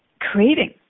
creating